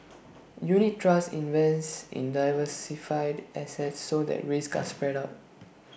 unit trusts invest in diversified assets so that risks are spread out